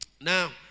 Now